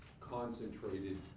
concentrated